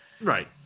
Right